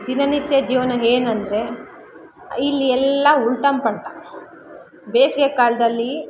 ದಿನನಿತ್ಯ ಜೀವನ ಏನಂದ್ರೆ ಇಲ್ಲಿ ಎಲ್ಲ ಉಲ್ಟಮ್ ಪಲ್ಟಾ ಬೇಸಿಗೆ ಕಾಲದಲ್ಲಿ